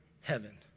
heaven